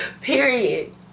Period